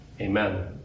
Amen